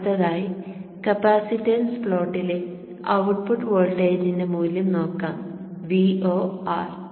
അടുത്തതായി കപ്പാസിറ്റൻസ് പ്ലോട്ടിലെ ഔട്ട്പുട്ട് വോൾട്ടേജിന്റെ മൂല്യം നോക്കാം Vo R